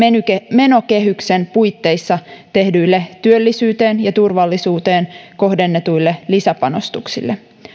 menokehyksen puitteissa tehdyille työllisyyteen ja turvallisuuteen kohdennetuille lisäpanostuksille